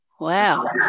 Wow